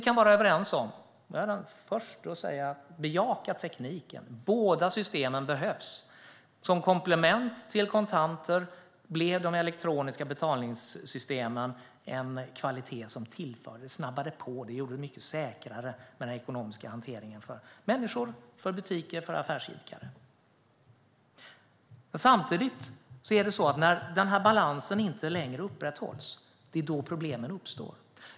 Jag är den förste att säga: Bejaka tekniken! Båda systemen behövs. Som komplement till kontanter blev de elektroniska betalningssystemen något som tillförde kvalitet, snabbade på och gjorde den ekonomiska hanteringen mycket säkrare för människor, butiker och affärsidkare. Samtidigt är det när balansen inte längre upprätthålls som problemen uppstår.